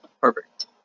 Perfect